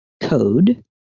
code